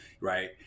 right